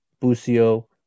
Busio